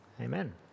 Amen